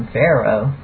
Pharaoh